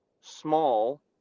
small